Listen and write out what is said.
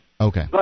Okay